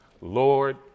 Lord